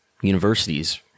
universities